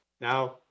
Now